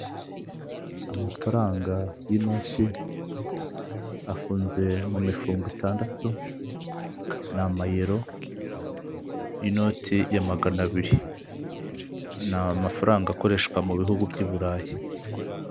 Amafaranga y'inote, afunze mu mifunga itandatu, ni amayero y'inoti ya maganabiri, ni amafaranga akoreshwa mu bihugu by'iburayi.